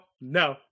no